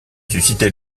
susciter